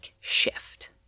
shift